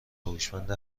هوشمند